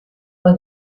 poi